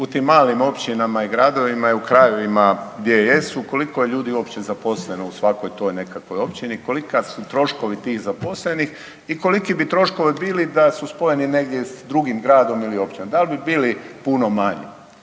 u tim malim općinama i gradovima i u krajevima gdje jesu koliko je ljudi uopće zaposleno u svakoj toj nekakvoj općini i koliki su troškovi tih zaposlenih i koliki bi troškovi bili da su spojeni negdje s drugim gradom ili općinom, da li bi bili puno manji.